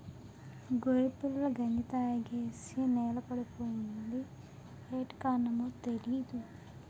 గొర్రెపిల్ల గంజి తాగేసి నేలపడిపోయింది యేటి కారణమో తెలీదు